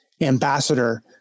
ambassador